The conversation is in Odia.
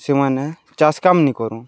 ସେମାନେ ଚାଷ୍ କାମ୍ ନିକରୁନ୍